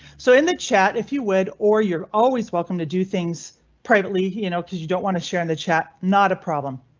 so in the chat, if you would or you're always welcome to do things privately you know cause you don't want to share in the chat, not a problem.